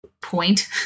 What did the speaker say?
point